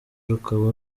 rukaba